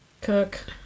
Cook